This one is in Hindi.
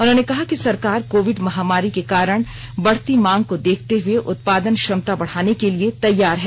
उन्होंने कहा कि सरकार कोविड महामारी के कारण बढती मांग को देखते हुए उत्पादन क्षमता बढ़ाने के लिए तैयार है